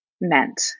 meant